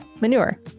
manure